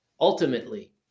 ultimately